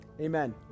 Amen